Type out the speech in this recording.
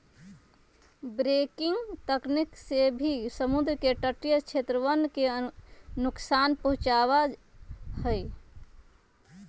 breaking तकनीक से भी समुद्र के तटीय क्षेत्रवन के नुकसान पहुंचावा हई